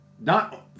not-